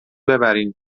ببرین